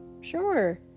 sure